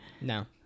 No